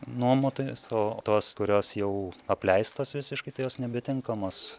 nuomotojus o o tos kurios jau apleistos visiškai tai jos nebetinkamos